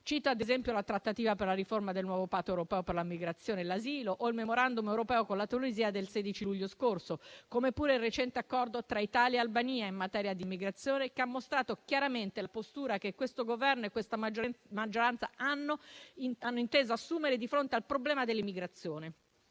Cito, ad esempio, la trattativa per la riforma del nuovo Patto europeo per la migrazione e l'asilo o il *memorandum* europeo con la Tunisia del 16 luglio scorso, come pure il recente Accordo tra Italia e Albania in materia di immigrazione, che ha mostrato chiaramente la postura che questo Governo e questa maggioranza hanno inteso assumere di fronte al problema dell'immigrazione,